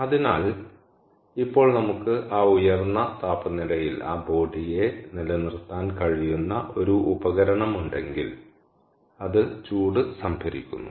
അതിനാൽ ഇപ്പോൾ നമുക്ക് ആ ഉയർന്ന താപനിലയിൽ ആ ബോഡിയെ നിലനിർത്താൻ കഴിയുന്ന ഒരു ഉപകരണം ഉണ്ടെങ്കിൽ അത് ചൂട് സംഭരിക്കുന്നു